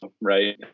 right